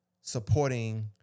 supporting